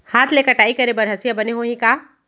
हाथ ले कटाई करे बर हसिया बने होही का?